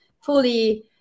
fully